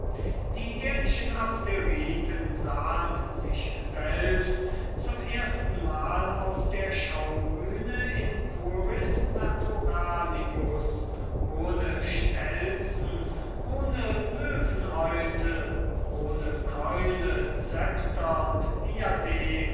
die ehrlichen abderiten sahen sich selbst zum erstenmal auf der schaubühne in puris naturalibus ohne carricatur ohne stelzen ohne löwenhäute keulen scepter und diademe